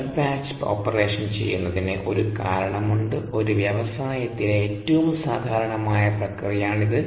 fed batch operation ചെയ്യുന്നതിന് ഒരു കാരണമുണ്ട് ഒരു വ്യവസായത്തിലെ ഏറ്റവും സാധാരണമായ പ്രക്രിയയാണിത്